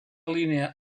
línia